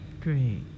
great